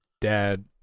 dad